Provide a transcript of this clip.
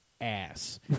ass